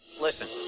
Listen